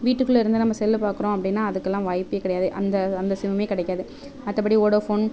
வீட்டுக்குள்ளே இருந்து நம்ம செல்லை பாக்கிறோம் அப்படின்னா அதுக்கெல்லாம் வாய்ப்பு கிடையாது அந்த அந்த சிம்மும் கிடைக்காது மற்றபடி வோடோஃபோன்